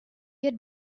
had